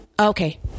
Okay